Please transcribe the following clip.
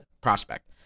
Prospect